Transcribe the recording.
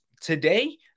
today